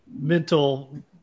mental